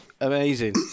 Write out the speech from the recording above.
amazing